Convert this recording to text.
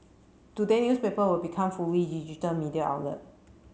today newspaper will become fully digital media outlet